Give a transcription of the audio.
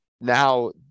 now